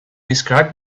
describe